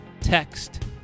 Text